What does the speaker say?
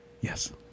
Yes